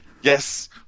Yes